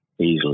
easily